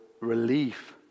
relief